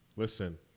Listen